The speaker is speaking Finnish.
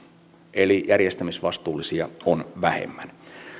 eli järjestämisvastuullisia on vähemmän